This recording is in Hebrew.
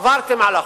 עברתם על החוק.